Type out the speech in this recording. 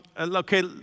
Okay